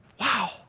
Wow